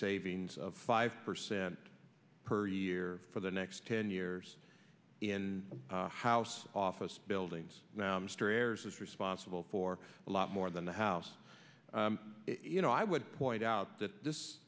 savings of five percent per year for the next ten years in the house office buildings now mr ayres is responsible for a lot more than the house you know i would point out that this